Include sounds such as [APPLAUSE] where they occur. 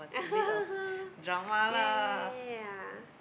[LAUGHS] yeah yeah yeah yeah yeah yeah